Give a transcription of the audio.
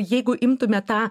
jeigu imtume tą